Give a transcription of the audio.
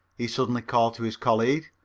he suddenly called to his colleague,